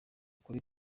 kuri